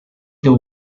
the